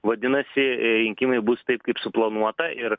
vadinasi rinkimai bus taip kaip suplanuota ir